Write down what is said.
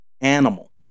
animal